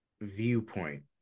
viewpoint